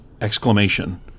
exclamation